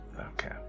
Okay